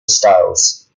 styles